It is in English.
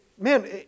Man